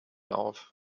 auf